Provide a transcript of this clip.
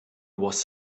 was